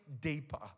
deeper